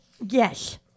yes